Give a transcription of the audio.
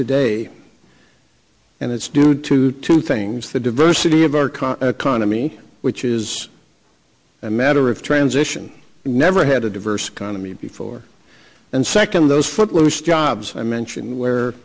today and it's due to two things the diversity of our continent kaname which is a matter of transition never had a diverse economy before and secondly those footloose jobs i mentioned where